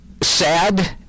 sad